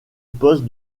poste